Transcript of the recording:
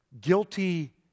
guilty